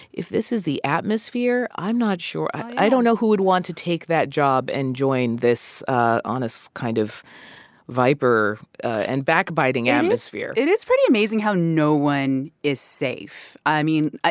if this is the atmosphere, i'm not sure i don't know who would want to take that job and join this onus, kind of viper and backbiting atmosphere it is pretty amazing how no one is safe. i mean,